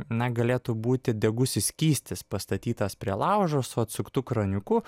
na galėtų būti degusis skystis pastatytas prie laužo su atsuktu kraniuku